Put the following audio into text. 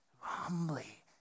Humbly